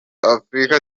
africa